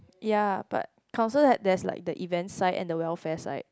ya but council have there is like the event side and the welfare side